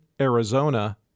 Arizona